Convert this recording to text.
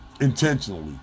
Intentionally